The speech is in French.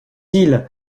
ils